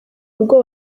rugo